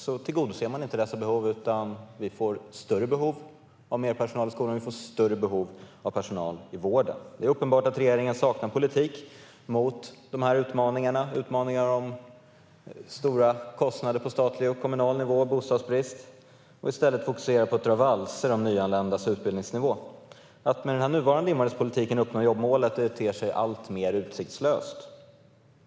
Vi får i stället större behov - större behov av mer personal i skolan och större behov av personal i vården. Det är uppenbart att regeringen saknar en politik för de här utmaningarna, det vill säga såväl de stora kostnaderna på statlig och kommunal nivå som bostadsbristen, och i stället fokuserar på att dra valser om nyanländas utbildningsnivå. Att med den nuvarande invandringspolitiken uppnå jobbmålet ter sig alltmer utsiktslöst.